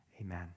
Amen